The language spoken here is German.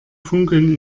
funkeln